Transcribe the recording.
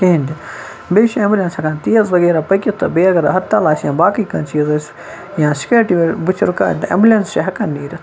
کِہیٖنۍ تہِ بیٚیہِ چھِ ایمبلینٛس ہیکان تیز وَغیرَہ پٕکِتھ تہٕ بیٚیہِ اگر ہرتال آسہِ یا باقٕے کانٛہہ چیٖز آسہِ یا سِکیورٹی بٕتھِ رُکاے ایمبلینٛس چھِ ہیکان نیٖرِتھ